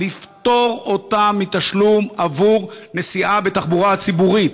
לפטור אותם מתשלום עבור נסיעה בתחבורה הציבורית.